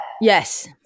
Yes